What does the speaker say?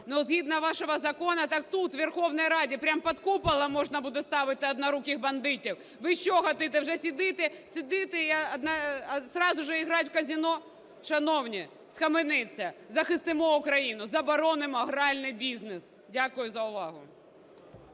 Ну згідно вашого закону так тут, в Верховній Раді, прямо під куполом можна буде ставити "одноруких бандитів". Ви що, хочете вже сидіти і зразу грати в казино? Шановні, схаменіться! Захистимо Україну! Заборонимо гральний бізнес! Дякую за увагу.